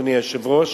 אדוני היושב-ראש,